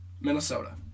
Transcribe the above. Minnesota